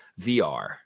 vr